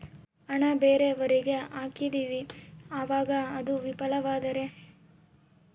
ಹಣ ಬೇರೆಯವರಿಗೆ ಹಾಕಿದಿವಿ ಅವಾಗ ಅದು ವಿಫಲವಾದರೆ?